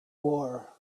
war